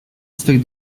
swych